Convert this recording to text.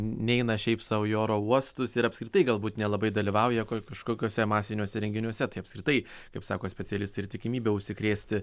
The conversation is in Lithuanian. neina šiaip sau į oro uostus ir apskritai galbūt nelabai dalyvauja kažkokiuose masiniuose renginiuose tai apskritai kaip sako specialistė ir tikimybė užsikrėsti